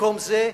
במקום זה,